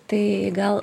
tai gal